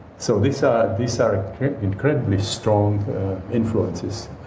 so these ah these are incredibly strong influences